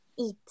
eat